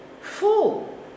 full